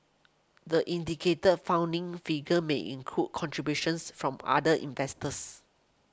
the indicated funding figure may include contributions from other investors